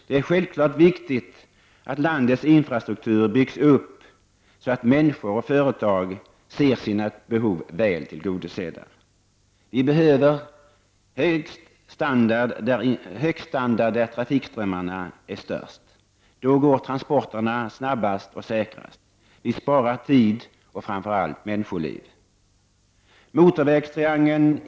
Det är självfallet viktigt att landets infrastruktur byggs upp så att människor och företag ser sina behov väl tillgodosedda. Vi behöver högst standard där trafikströmmarna är störst — då går transporterna snabbast och säkrast. Vi sparar på så sätt tid och framför allt människoliv.